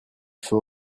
faut